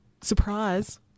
Surprise